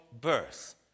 birth